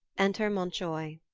enter montioy.